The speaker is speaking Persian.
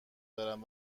دارم